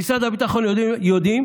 במשרד הביטחון יודעים